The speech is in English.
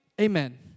Amen